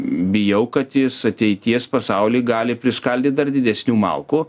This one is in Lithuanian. bijau kad jis ateities pasauly gali priskaldyt dar didesnių malkų